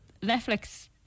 Netflix